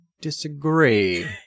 disagree